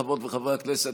חברות וחברי הכנסת,